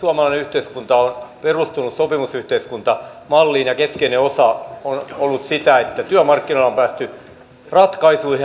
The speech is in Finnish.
suomalainen yhteiskunta on perustunut sopimusyhteiskuntamalliin ja keskeinen osa sitä on ollut se että työmarkkinoilla on päästy ratkaisuihin